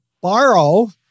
borrow